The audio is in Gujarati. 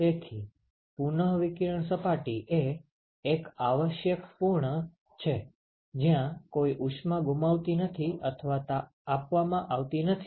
તેથી પુનઃવિકિરણ સપાટી એ એક આવશ્યકપૂર્ણ છે જ્યાં કોઈ ઉષ્મા ગુમાવાતી નથી અથવા આપવામાં આવતી નથી